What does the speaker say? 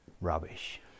rubbish